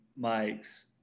mics